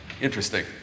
interesting